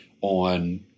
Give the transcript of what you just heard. on